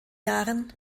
jahren